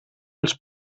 els